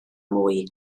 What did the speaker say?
mwy